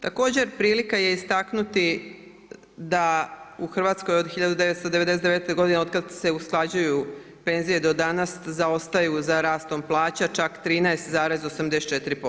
Također prilika je istaknuti da u Hrvatskoj od 1999. godine otkad se usklađuju penzije do danas, zaostaju za rastom plaća čak 13,84%